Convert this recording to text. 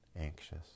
anxious